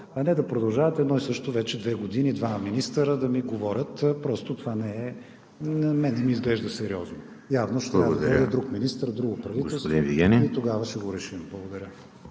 а не да продължават едно и също вече две години двама министри да ми говорят – това на мен не ми изглежда сериозно. Явно ще трябва да дойде друг министър, друго правителство и тогава ще го решим. Благодаря.